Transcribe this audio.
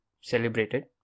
celebrated